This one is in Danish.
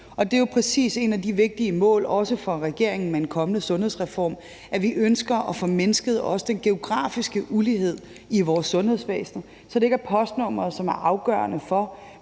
Det er jo præcis et af de vigtige mål for regeringen i en kommende sundhedsreform også at få mindsket den geografiske ulighed i vores sundhedsvæsen, så det ikke er postnummeret, som er afgørende for,